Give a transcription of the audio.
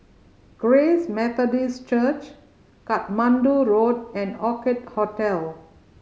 Grace Methodist Church Katmandu Road and Orchid Hotel